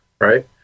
right